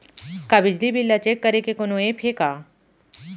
का बिजली बिल ल चेक करे के कोनो ऐप्प हे का?